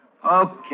Okay